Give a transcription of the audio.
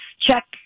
check